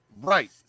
Right